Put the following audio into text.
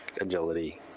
agility